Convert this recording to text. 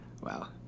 Wow